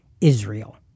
Israel